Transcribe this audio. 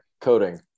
coding